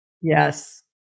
Yes